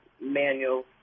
Manual